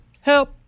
help